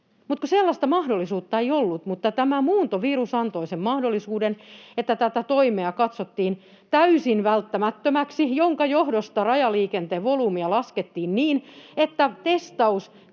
Sellaista mahdollisuutta ei ollut, mutta tämä muuntovirus antoi sen mahdollisuuden, että tämä toimi katsottiin täysin välttämättömäksi, minkä johdosta rajaliikenteen volyymia laskettiin niin, että